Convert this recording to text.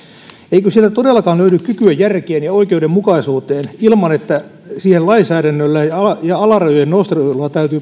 eikö siellä todellakaan löydy kykyä järkeen ja oikeudenmukaisuuteen ilman että siihen lainsäädännöllä ja ja alarajojen nostelulla täytyy pakottaa